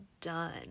done